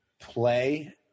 play